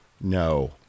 no